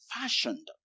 fashioned